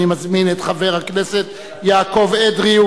אני מזמין את חבר הכנסת יעקב אדרי,